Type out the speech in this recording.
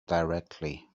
directly